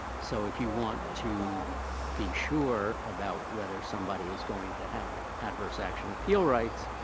so, if you want to be sure about whether somebody is going to have adverse action appeal rights,